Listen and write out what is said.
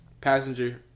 Passenger